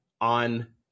on